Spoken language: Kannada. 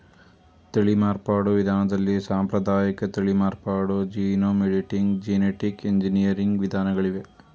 ತಳಿ ಮಾರ್ಪಾಡು ವಿಧಾನದಲ್ಲಿ ಸಾಂಪ್ರದಾಯಿಕ ತಳಿ ಮಾರ್ಪಾಡು, ಜೀನೋಮ್ ಎಡಿಟಿಂಗ್, ಜೆನಿಟಿಕ್ ಎಂಜಿನಿಯರಿಂಗ್ ವಿಧಾನಗಳಿವೆ